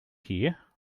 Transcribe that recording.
here